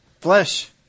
flesh